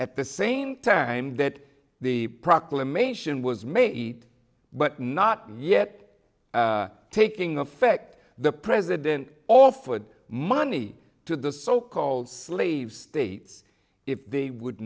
at the same time that the proclamation was made eat but not yet taking effect the president offered money to the so called slave states if they would